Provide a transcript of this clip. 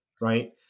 right